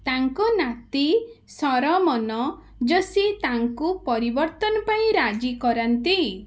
ତାଙ୍କ ନାତି ଶରମନ ଯୋଶୀ ତାଙ୍କୁ ପରିବର୍ତ୍ତନ ପାଇଁ ରାଜି କରାନ୍ତି